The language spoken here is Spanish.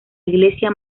iglesia